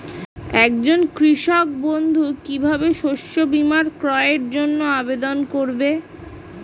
একজন কৃষক বন্ধু কিভাবে শস্য বীমার ক্রয়ের জন্যজন্য আবেদন করবে?